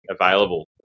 available